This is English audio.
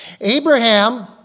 Abraham